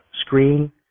screen